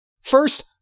First